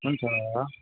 हुन्छ